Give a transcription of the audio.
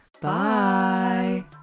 Bye